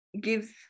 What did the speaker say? gives